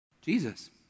Jesus